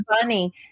funny